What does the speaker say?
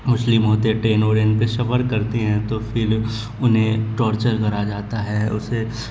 مسلم ہوتے ہیں train van پہ سفر کرتے ہیں تو پھر انہیں ٹارچر کرا جاتا ہے اسے